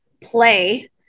play